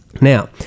Now